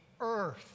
earth